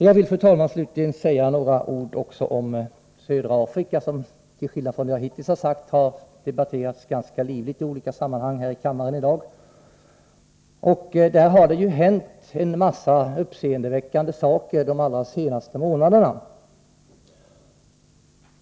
Jag vill, fru talman, slutligen säga några ord också om södra Afrika, som — till skillnad från det jag hittills varit inne på — har debatterats ganska livligt i olika sammanhang i dag. Där har det hänt en mängd uppseendeväckande saker de allra senaste månaderna.